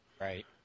Right